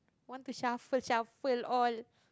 want to shuffle shuffle all